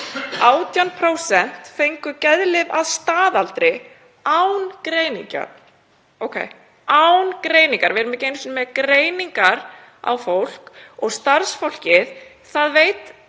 18% fengu geðlyf að staðaldri án greiningar. Án greiningar. Við erum ekki einu sinni með greiningar fólks og starfsfólkið veit